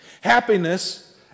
Happiness